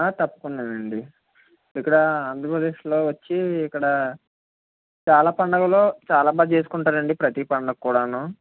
ఆ తప్పకుండా నుండి ఇక్కడ ఆంధ్రప్రదేశ్లో వచ్చి ఇక్కడ చాలా పండుగలు చాలా బాగా చేసుకుంటారండి ప్రతి పండుగ కూడాను